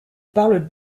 parle